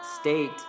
state